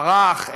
ערך,